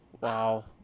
wow